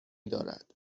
دارد